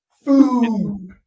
Food